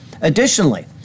Additionally